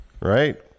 right